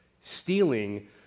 Stealing